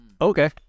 Okay